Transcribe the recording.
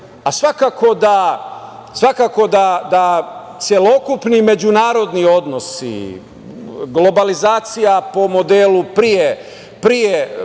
a svakako da celokupni međunarodni odnosi, globalizacija po modelu pre